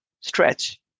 stretch